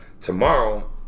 tomorrow